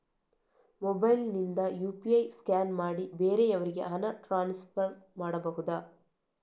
Mobile ನಿಂದ UPI scan ಮಾಡಿ ಬೇರೆಯವರಿಗೆ ಹಣ ಟ್ರಾನ್ಸ್ಫರ್ ಮಾಡಬಹುದ?